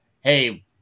Hey